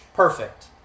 perfect